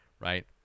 right